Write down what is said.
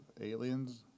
aliens